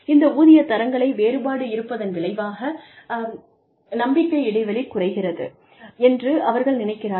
இந்த ஊதிய தரங்களை வேறுபாடு இருப்பதன் விளைவாக நம்பிக்கை இடைவெளி குறைகிறது என்று அவர்கள் நினைக்கிறார்கள்